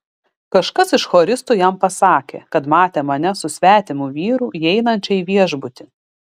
kažkas iš choristų jam pasakė kad matė mane su svetimu vyru įeinančią į viešbutį